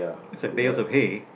is like bails okay